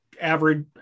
average